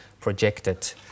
projected